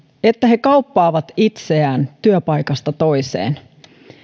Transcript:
että he kauppaavat itseään työpaikasta toiseen